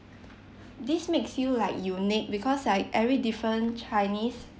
this makes you like unique because like every different chinese